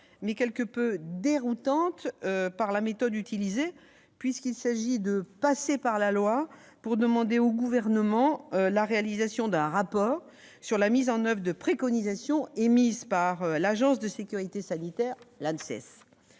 mais quelque peu déroutante au regard de la méthode utilisée, puisqu'il s'agit de passer par la loi pour demander au Gouvernement la réalisation d'un rapport sur la mise en oeuvre de préconisations émises par l'ANSES.